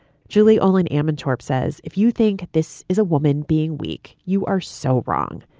julie ohlin ammentorp says, if you think this is a woman being weak, you are so wrong.